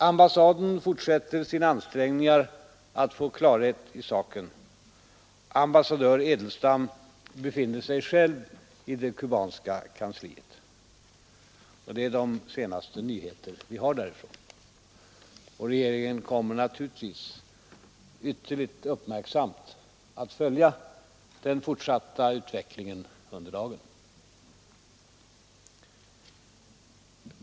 Ambassaden fortsätter sina ansträngningar att få klarhet i saken. Ambassadör Edelstam befinner sig själv i det kubanska kansliet. Detta är de senaste nyheter vi har därifrån. Regeringen kommer naturligtvis ytterligt uppmärksamt att följa den fortsatta utvecklingen under dagen.